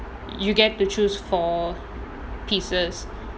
you get to choose four pieces